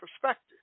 perspective